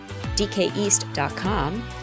dkeast.com